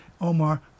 Omar